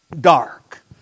dark